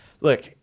look